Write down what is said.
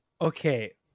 Okay